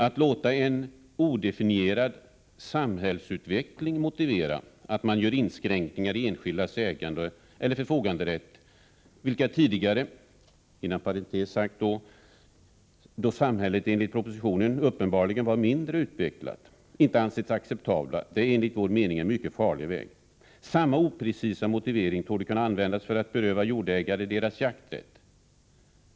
Att låta en odefinierad ”samhällsutveckling” motivera att man gör inskränkningar i enskildas ägandeeller förfoganderätt, vilka tidigare — då samhället enligt propositionen uppenbarligen var mindre utvecklat — inte ansetts acceptabla, är enligt vår mening en mycket farlig väg. Samma oprecisa motivering torde kunna användas för att beröva jordägare deras jakträtt.